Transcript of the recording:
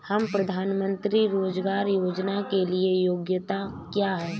प्रधानमंत्री रोज़गार योजना के लिए योग्यता क्या है?